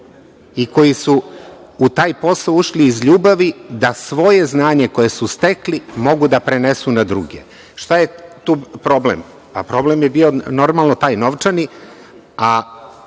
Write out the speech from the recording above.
i koji su u taj posao ušli iz ljubavi da svoje znanje koje su stekli mogu da prenesu na druge. Šta je tu problem? Pa, problem je bio, normalno, taj novčani.